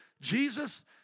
Jesus